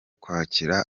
kwakira